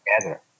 together